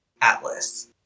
Atlas